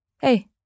Hey